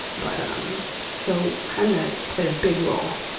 but um so chemda played a big role.